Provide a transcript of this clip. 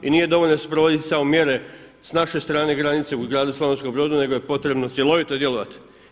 I nije dovoljno sprovoditi samo mjere s naše strane granice u gradu Slavonskom Brodu nego je potrebno cjelovito djelovati.